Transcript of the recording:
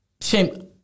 shame